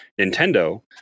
Nintendo